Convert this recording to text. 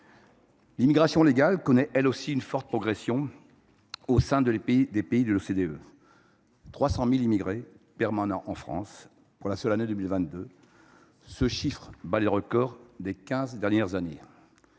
L’immigration légale connaît, elle aussi, une forte progression au sein des pays de l’OCDE : 300 000 immigrés permanents en France pour la seule année 2022. Ce chiffre bat le record des quinze dernières années.